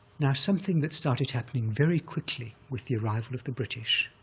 now, something that started happening very quickly with the arrival of the british